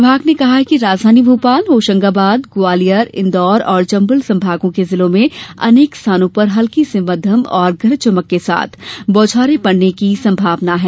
विभाग ने कहा है कि राजधानी भोपाल होशंगाबाद ग्वालियर इन्दौर और चम्बल सम्भागों के जिलों में अनेक स्थानों पर हल्की से मध्य और गरज चमक के साथ बौछारें पड़ने की संभावना है